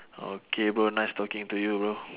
okay bro nice talking to you bro